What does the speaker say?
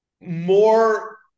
more